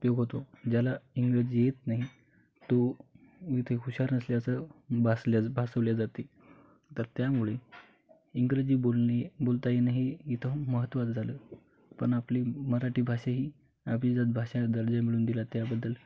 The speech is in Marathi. उपयोग होतो ज्याला इंग्रजी येत नाही तो इथे हुशार नसल्याचं भासल्यास भासवल्या जाते तर त्यामुळे इंग्रजी बोलणे बोलता येणं हे इथं महत्त्वाचं झालं पण आपली मराठी भाषा ही अभिजात भाषा दर्जा मिळून दिला त्याबद्दल